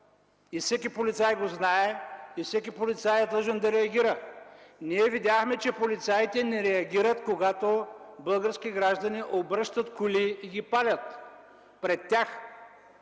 и всеки полицай го знае, и всеки полицай е длъжен да реагира. Ние видяхме, че полицаите не реагират, когато български граждани обръщат коли и ги палят пред тях.